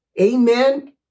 Amen